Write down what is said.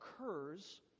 occurs